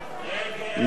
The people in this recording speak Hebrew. נא להצביע.